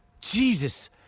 Jesus